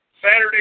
Saturday